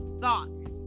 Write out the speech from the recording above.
thoughts